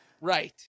Right